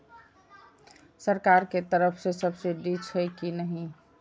सरकार के तरफ से सब्सीडी छै कि नहिं?